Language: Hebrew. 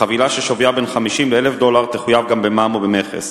וחבילה ששוויה בין 50 ל-1,000 דולר תחויב גם במע"מ ובמכס.